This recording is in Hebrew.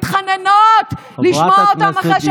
ומתחננות לשמוע אותן אחרי שאתה,